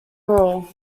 raw